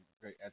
great